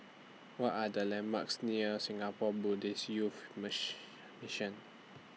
What Are The landmarks near Singapore Buddhist Youth Mission